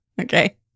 Okay